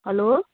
hello